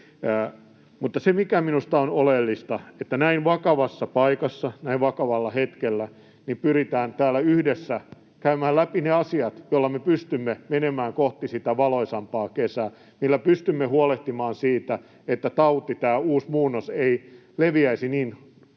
Mutta se minusta on oleellista, että näin vakavassa paikassa, näin vakavalla hetkellä, pyritään täällä yhdessä käymään läpi ne asiat, joilla me pystymme menemään kohti sitä valoisampaa kesää, joilla pystymme huolehtimaan siitä, että tauti, tämä uusi muunnos, ei leviäisi niin ripeää